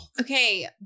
Okay